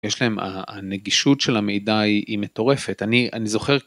יש להם, הנגישות של המידע היא מטורפת, אני זוכר.